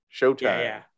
showtime